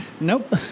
Nope